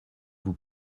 vous